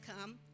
come